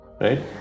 right